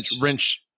wrench